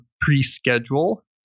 pre-schedule